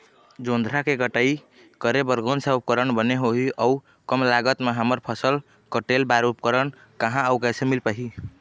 जोंधरा के कटाई करें बर कोन सा उपकरण बने होही अऊ कम लागत मा हमर फसल कटेल बार उपकरण कहा अउ कैसे मील पाही?